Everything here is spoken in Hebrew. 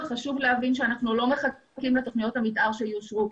חשוב להבין שאנחנו לא מחכים לתוכניות המתאר שיאושרו.